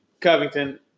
Covington